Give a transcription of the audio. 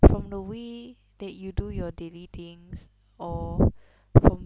from the way that you do your daily things or from